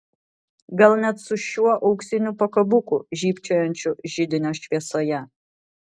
gal net su šiuo auksiniu pakabuku žybčiojančiu židinio šviesoje